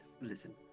Listen